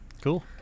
Cool